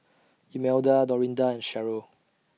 Imelda Dorinda and Sheryl